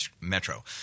metro